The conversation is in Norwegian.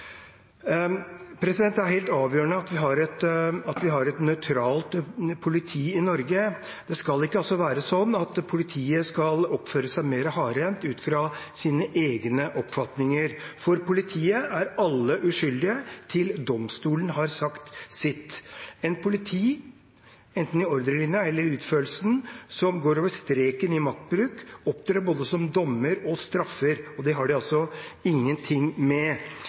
Det er helt avgjørende at vi har et nøytralt politi i Norge. Det skal ikke være sånn at politiet skal oppføre seg mer hardhendt ut fra sine egne oppfatninger. For politiet er alle uskyldige til domstolen har sagt sitt. Et politi som enten i ordrelinjen eller i utførelsen går over streken i maktbruk, opptrer som både dommer og straffer, og det har de altså ingenting med.